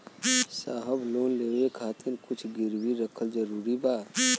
साहब लोन लेवे खातिर कुछ गिरवी रखल जरूरी बा?